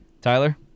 Tyler